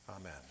Amen